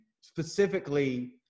specifically